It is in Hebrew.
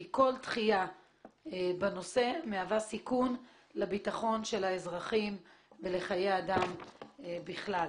כי כל דחייה בנושא מהווה סיכון לביטחון האזרחים ולחיי אדם בכלל.